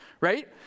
right